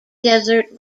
desert